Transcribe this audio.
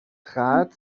trat